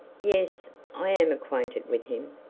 yes i am acquainted with him.